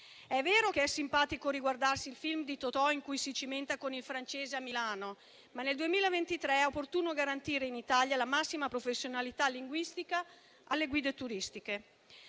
È vero che è simpatico riguardarsi il film di Totò in cui si cimenta con il francese a Milano, ma nel 2023 è opportuno garantire in Italia la massima professionalità linguistica alle guide turistiche.